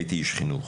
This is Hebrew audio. הייתי איש חינוך.